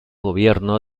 gobierno